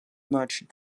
much